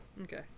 Okay